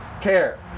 care